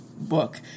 book